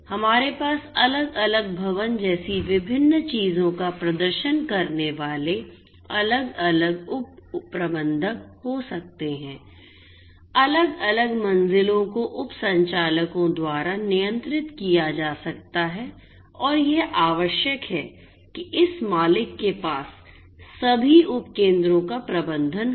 हमारे पास अलग अलग भवन जैसी विभिन्न चीजों का प्रदर्शन करने वाले अलग अलग उप प्रबंधक हो सकते हैं अलग अलग मंजिलों को उप संचालकों द्वारा नियंत्रित किया जा सकता है और यह आवश्यक है कि इस मालिक के पास सभी उप केंद्रों का प्रबंधन हो